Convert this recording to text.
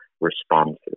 responses